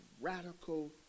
radical